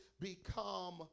become